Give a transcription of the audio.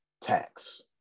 tax